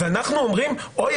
ואנחנו אומרים: אוי,